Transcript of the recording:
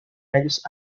medios